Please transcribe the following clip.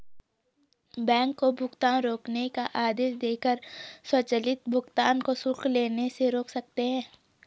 bank को भुगतान रोकने का आदेश देकर स्वचालित भुगतान को शुल्क लेने से रोक सकते हैं